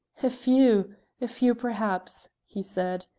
a few a few, perhaps, he said.